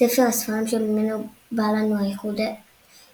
'ספר הספרים' שממנו בא לנו הייחוד והסגולה.